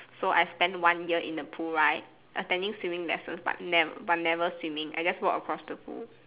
so I spend one year in the pool right attending swimming lessons but never but never swimming I just walk across the pool